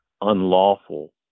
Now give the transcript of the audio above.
unlawful